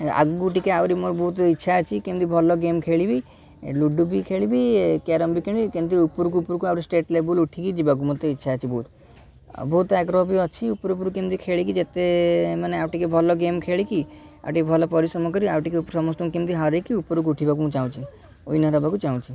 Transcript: ଆଗକୁ ଟିକିଏ ଆହୁରି ମୋର ବହୁତ୍ ଇଛା ଅଛି କେମିତି ଭଲ ଗେମ୍ ଖେଳିବି ଲୁଡୁ ବି ଖେଳିବି କ୍ୟାରମ୍ ବି ଖେଳିବି କେମିତି ଉପରକୁ ଉପରକୁ ଆହୁରି ଷ୍ଟେଟ୍ ଲେବଲ୍ ଉଠିକି ଯିବାକୁ ମୋତେ ଇଚ୍ଛା ଅଛି ବହୁତ ଆଉ ବହୁତ ଆଗ୍ରହ ବି ଅଛି ଉପରକୁ ଉପରକୁ କେମିତି ଖେଳିକି ଯେତେ ମାନେ ଆଉ ଟିକିଏ ଭଲ ଗେମ୍ ଖେଳିକି ଆଉ ଟିକିଏ ଭଲ ପରିଶ୍ରମ କରି ଆଉ ଟିକିଏ ସମସ୍ତଙ୍କୁ କେମତି ହରେଇକି ଉପରକୁ ଉଠିବାକୁ ମୁଁ ଚାହୁଁଛି ଉଇନର ହବାକୁ ଚାହୁଁଛି